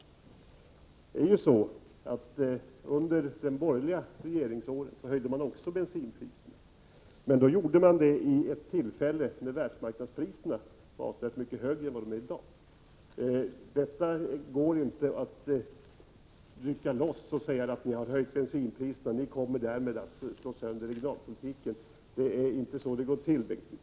Men även under de borgerliga regeringsåren höjdes bensinpriserna. Men det gjordes vid ett tillfälle då världsmarknadspriserna var avsevärt mycket högre än vad de är i dag. Ni kan inte rycka loss den här frågan ur sitt sammanhang och säga att vi genom att höja bensinpriserna kommer att slå sönder regionalpolitiken. Det går inte till på det sättet, Bengt Wittbom.